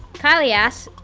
kylie asks,